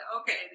okay